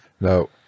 No